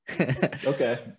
okay